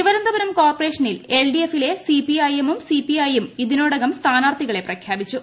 തിരുവനന്തപുരം കോർപ്പറേഷനിൽ എൽഡിഎഫിലെ സിപിഐഎമ്മും സിപിഐയും ഇതിനോടകം സ്ഥാനാർത്ഥികളെ പ്രഖ്യാപിച്ചു